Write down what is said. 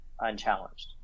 unchallenged